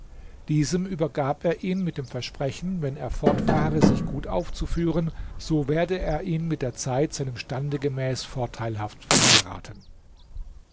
diesem übergab er ihn mit dem versprechen wenn er fortfahre sich gut aufzuführen so werde er ihn mit der zeit seinem stande gemäß vorteilhaft verheiraten